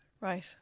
Right